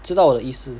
知道我的意思